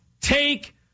take